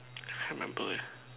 I member it